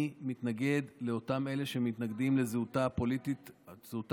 אני מתנגד לאותם אלה שמתנגדים לזהותה הבסיסית